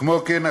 כמו כן,